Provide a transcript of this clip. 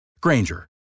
Granger